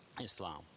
Islam